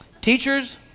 Teachers